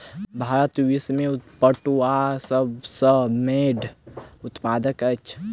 भारत विश्व में पटुआक सब सॅ पैघ उत्पादक अछि